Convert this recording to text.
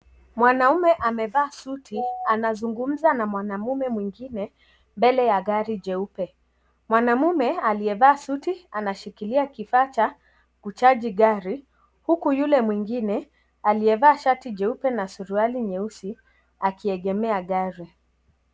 Mwanaume amevaa suti anazungumza na mwanamume mwingine mbele ya gari jeupe mwanaume aliyevaa suti anashikilia kifaa cha ku charge gari huku yule mwingine aliyevaa shati jeupe na suruali jeusi akiegemea gari.